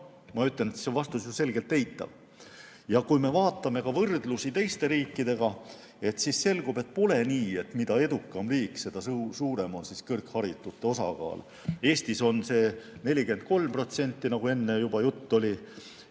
ma ütlen, et vastus on ju selgelt eitav. Kui me vaatame ka võrdlusi teiste riikidega, siis selgub, et pole nii, et mida edukam riik, seda suurem on kõrgharitute osakaal. Eestis on see 43%, nagu enne juba juttu oli.